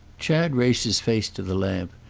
chad raised his face to the lamp,